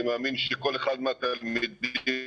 אני מאמין שכל אחד מהתלמידים הוא